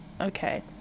okay